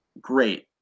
great